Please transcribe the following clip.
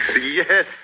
Yes